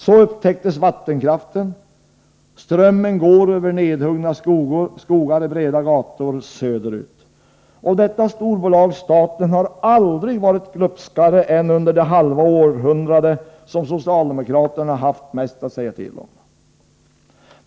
Så upptäcktes vattenkraften — strömmen går över nedhuggna skogar i breda gator söderut. Och storbolaget Staten har aldrig varit glupskare än under det halva århundrade då socialdemokraterna haft mest att säga till om.